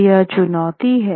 तो यह चुनौती है